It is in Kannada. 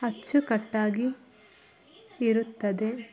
ಅಚ್ಚುಕಟ್ಟಾಗಿ ಇರುತ್ತದೆ